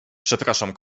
przepraszam